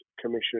Commission